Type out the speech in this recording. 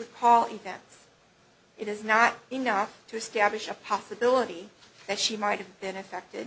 recall events it is not enough to establish a possibility that she might have been affected